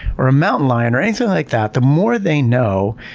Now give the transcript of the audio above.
or a mountain lion, or anything like that, the more they know,